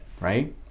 Right